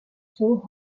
through